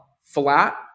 flat